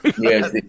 Yes